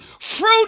Fruit